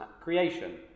creation